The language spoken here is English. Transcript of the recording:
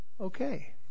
Okay